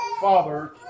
father